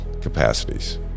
capacities